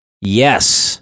Yes